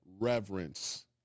Reverence